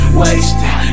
wasted